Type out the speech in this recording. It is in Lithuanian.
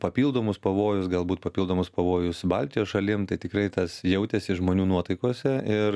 papildomus pavojus galbūt papildomus pavojus baltijos šalim tai tikrai tas jautėsi žmonių nuotaikose ir